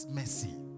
mercy